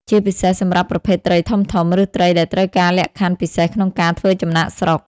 ជាពិសេសសម្រាប់ប្រភេទត្រីធំៗ ឬត្រីដែលត្រូវការលក្ខខណ្ឌពិសេសក្នុងការធ្វើចំណាកស្រុក។